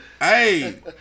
Hey